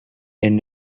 elles